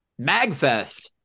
MAGFest